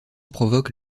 provoque